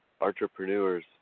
entrepreneurs